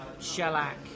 Shellac